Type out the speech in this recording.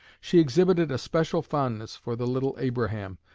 she exhibited a special fondness for the little abraham,